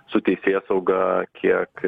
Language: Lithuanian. su teisėsauga kiek